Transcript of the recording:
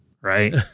Right